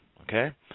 Okay